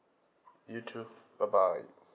you too bye bye